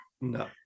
No